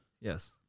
Yes